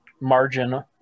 margin